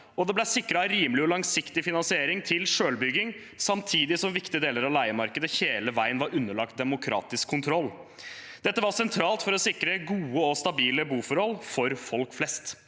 det ble sikret rimelig og langsiktig finansiering til selvbygging samtidig som viktige deler av leiemarkedet hele veien var underlagt demokratisk kontroll. Dette var sentralt for å sikre gode og stabile boforhold for folk flest.